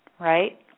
right